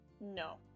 No